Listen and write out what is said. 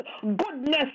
goodness